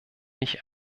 mich